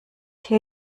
hier